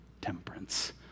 temperance